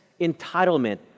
entitlement